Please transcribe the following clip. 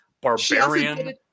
barbarian